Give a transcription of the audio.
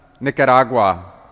Nicaragua